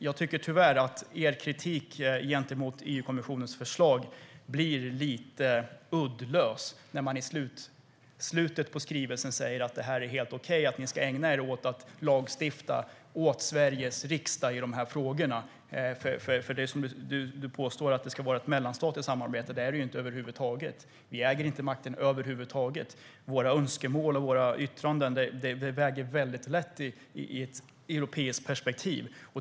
Jag tycker tyvärr att er kritik gentemot EU-kommissionens förslag blir lite uddlös när man i slutet av skrivelsen säger att det är helt okej att den ska ägna sig åt att lagstifta åt Sveriges riksdag i de frågorna. Du påstår att det ska vara ett mellanstatligt samarbete. Det är det över huvud taget inte. Vi äger inte makten. Våra önskemål och yttranden väger väldigt lätt i ett europeiskt perspektiv.